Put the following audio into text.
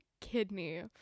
kidney